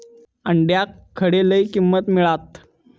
अंड्याक खडे लय किंमत मिळात?